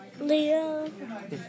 Leo